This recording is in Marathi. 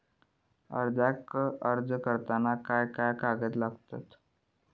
कर्जाक अर्ज करताना काय काय कागद लागतत?